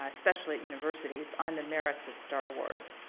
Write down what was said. ah specially universities, on the merits of star wars?